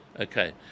Okay